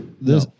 No